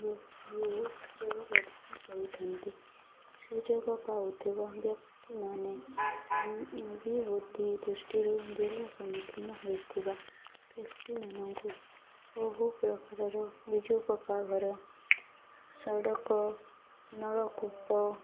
ବହୁତ କରିଥାନ୍ତି ସୁଯୋଗ ପାଉଥିବା ବ୍ୟକ୍ତି ମାନେ ଅଭିବୃଦ୍ଧି ଦୃଷ୍ଟିରୁ ଜିଲ୍ଲା ସମ୍ମୁଖୀନ ହୋଇଥିବା ବ୍ୟକ୍ତିମାନଙ୍କୁ ବହୁ ପ୍ରକାରର ବିଜୁ ପକ୍କା ଘର ସଡ଼କ ନଳକୂପ